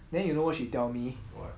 then you know she tell me